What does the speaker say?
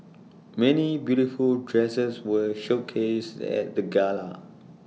many beautiful dresses were showcased at the gala